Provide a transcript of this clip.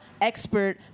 expert